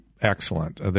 excellent